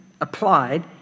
applied